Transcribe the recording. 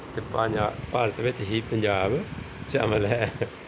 ਅਤੇ ਪੰਜਾਬ ਭਾਰਤ ਵਿੱਚ ਹੀ ਪੰਜਾਬ ਸ਼ਾਮਿਲ ਹੈ